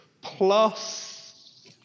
plus